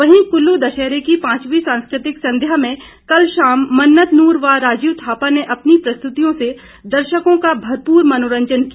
वहीं कुल्लू दशहरे की पांचवीं सांस्कृतिक संध्या में कल शाम मन्नत नूर व राजीव थापा ने अपनी प्रस्तुतियों से दर्शकों का भरपूर मनोरंजन किया